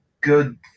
good